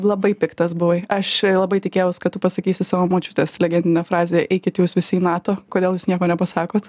labai piktas buvai aš labai tikėjaus kad tu pasakysi savo močiutės legendinę frazę eikit jūs visi į nato kodėl jūs nieko nepasakot